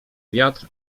wiatr